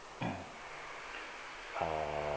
uh